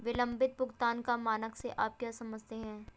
विलंबित भुगतान का मानक से आप क्या समझते हैं?